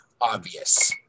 obvious